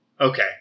Okay